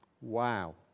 Wow